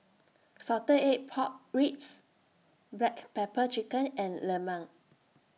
Salted Egg Pork Ribs Black Pepper Chicken and Lemang